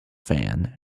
fan